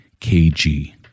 KG